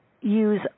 use